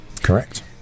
Correct